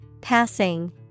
passing